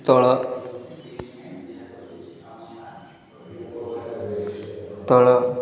ତଳ ତଳ